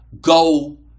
go